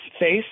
face